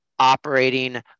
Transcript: operating